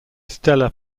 stella